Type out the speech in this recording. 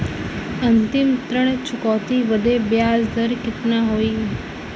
अंतिम ऋण चुकौती बदे ब्याज दर कितना होई?